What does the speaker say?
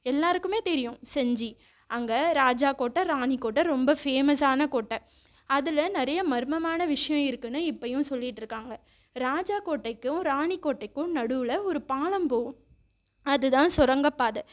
எல்லாருக்குமே தெரியும் செஞ்சு அங்கே ராஜா கோட்டை ராணி கோட்டை ரொம்ப ஃபேமஸான கோட்டை அதில் நிறைய மர்மமான விஷயோம் இருக்குன்னு இப்பையும் சொல்லிட்டுருக்காங்க ராஜா கோட்டைக்கும் ராணி கோட்டைக்கும் நடுவில் ஒரு பாலம் போவும் அது தான் சுரங்கப்பாதை